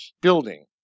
building